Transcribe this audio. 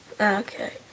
Okay